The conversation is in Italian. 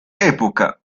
epoca